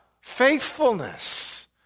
faithfulness